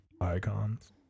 icons